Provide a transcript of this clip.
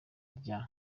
rya